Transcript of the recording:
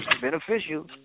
beneficial